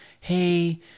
hey